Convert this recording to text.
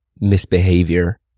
misbehavior